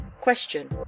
question